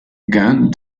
gone